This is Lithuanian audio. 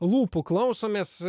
lūpų klausomės